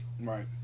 Right